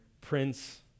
Prince